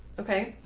ok,